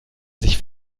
sich